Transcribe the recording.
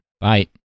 Bye